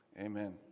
amen